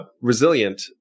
resilient